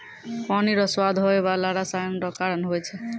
पानी रो स्वाद होय बाला रसायन रो कारण हुवै छै